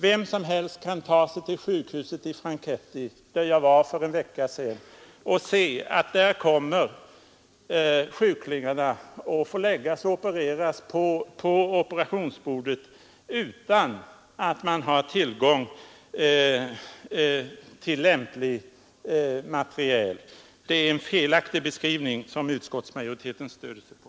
Vem som helst kan ta sig till sjukhuset i Franketti, där jag var för två veckor sedan, och se att dit kommer sjuklingarna och de krigsskadade för att läggas på operationsbordet utan att det finns tillgång till elementär operationsmateriel eller lämpliga bedövningsmöjligheter. Det är, herr talman, en felaktig beskrivning av verkligheten som utskottsmajoriteten stöder sig på.